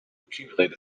accumulate